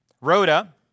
Rhoda